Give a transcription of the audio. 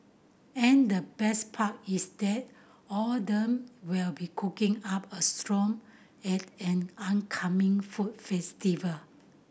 and the best part is that all of them will be cooking up a strong at an oncoming food festival